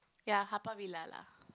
ya Haw-Par-Villa lah